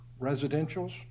residentials